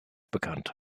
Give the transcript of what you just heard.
bekannt